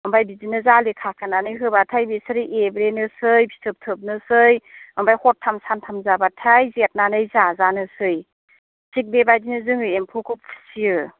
ओमफ्राय बिदिनो जालि खाखोनानै होबाथाय बिसोरो एब्रेनोसै फिथोब थोबनोसै ओमफ्राय हरथाम सानथाम जाबाथाय जिरनानै जाजानोसै थिग बेबायदिनो जोङो एम्फौखौ फिसियो